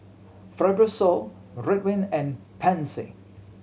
Fibrosol Ridwind and Pansy